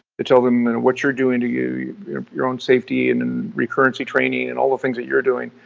to tell them what you're doing to you know your own safety and and recurrency training and all the things that you're doing,